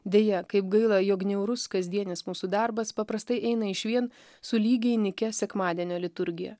deja kaip gaila jog niaurus kasdienis mūsų darbas paprastai eina išvien su lygiai nykia sekmadienio liturgija